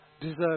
deserve